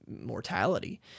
mortality